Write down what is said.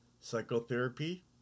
psychotherapy